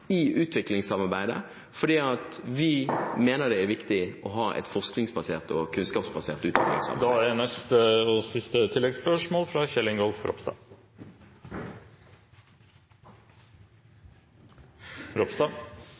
i utviklingssamarbeid, for vi mener det er viktig å ha et forskningsbasert og kunnskapsbasert utviklingssamarbeid. Kjell Ingolf